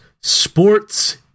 sports